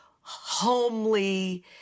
homely